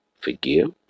Forgive